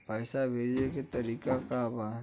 पैसा भेजे के तरीका का बा?